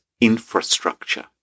infrastructure